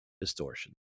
distortion